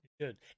good